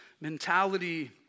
mentality